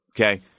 Okay